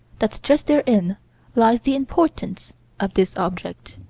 that just therein lies the importance of this object.